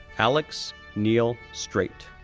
alex neil strait,